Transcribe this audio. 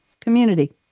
Community